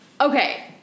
Okay